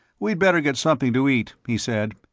we'd better get something to eat, he said.